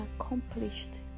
accomplished